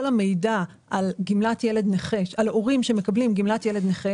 המידע על הורים שמקבלים גמלת ילד נכה.